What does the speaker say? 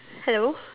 hello